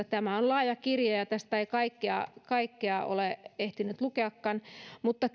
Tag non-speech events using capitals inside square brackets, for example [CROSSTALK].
[UNINTELLIGIBLE] tämä kertomus on laaja kirja ja tästä ei kaikkea kaikkea ole ehtinyt lukeakaan mutta [UNINTELLIGIBLE]